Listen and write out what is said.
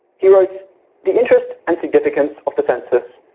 he wrote the interest and significance of the census,